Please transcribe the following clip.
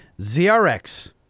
ZRX